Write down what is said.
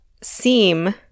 seem